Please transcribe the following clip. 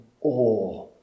awe